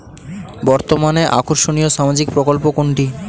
বর্তমানে আকর্ষনিয় সামাজিক প্রকল্প কোনটি?